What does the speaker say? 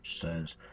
says